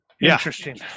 Interesting